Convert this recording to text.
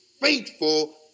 faithful